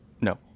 no